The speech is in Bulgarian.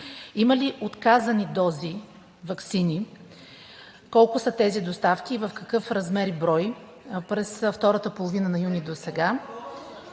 Има ли отказани дози ваксини? Колко са тези доставки, в какъв размер и брой през втората половина на юни досега?